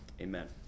amen